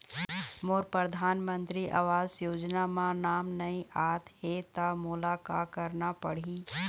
मोर परधानमंतरी आवास योजना म नाम नई आत हे त मोला का करना पड़ही?